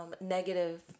negative